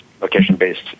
location-based